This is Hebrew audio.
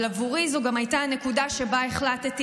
אבל עבורי זו גם הייתה הנקודה שבה החלטתי